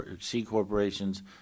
C-corporations